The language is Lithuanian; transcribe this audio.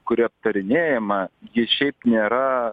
kuri aptarinėjama ji šiaip nėra